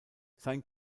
sein